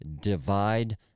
divide